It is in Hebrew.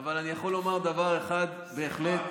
אבל אני יכול לומר דבר אחד: בהחלט,